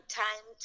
time